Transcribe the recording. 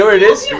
it is?